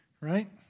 right